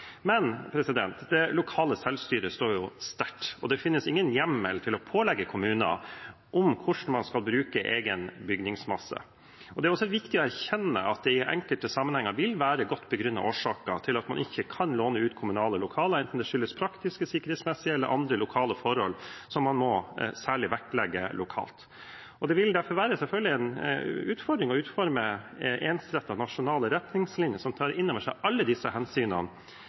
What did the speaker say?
Men det lokale selvstyret står sterkt, og det finnes ingen hjemmel for å pålegge kommuner hvordan man skal bruke egen bygningsmasse. Det er også viktig å erkjenne at det i enkelte sammenhenger vil være godt begrunnede årsaker til at man ikke kan låne ut kommunale lokaler, enten det skyldes praktiske, sikkerhetsmessige eller andre lokale forhold som man særlig må vektlegge lokalt. Det vil derfor selvfølgelig være en utfordring å utforme ensrettede nasjonale retningslinjer som tar inn over seg alle disse hensynene.